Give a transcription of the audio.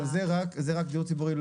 זה רק דיור ציבורי,